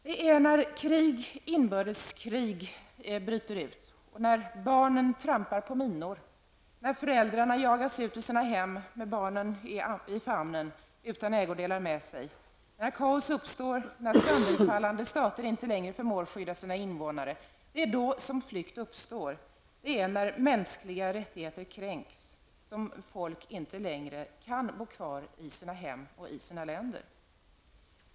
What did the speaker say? Det är när krig och inbördeskrig bryter ut, när barn trampar på minor, när föräldrar jagas ut ur sina hem med barnen i famnen utan ägodelar med sig, när kaos uppstår och när sönderfallande stater inte längre förmår skydda sina invånare, som flykt uppstår. Det är när mänskliga rättigheter kränks, som folk inte längre kan bo kvar i sina hem och i sina länder.